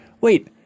wait